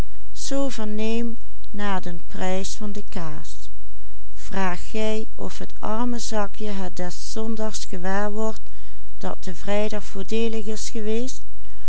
armenzakje het des zondags gewaar wordt dat de vrijdag voordeelig is geweest